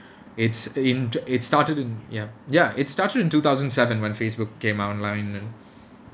it's in t~ it started in ya ya it started in two thousand seven when Facebook came out online and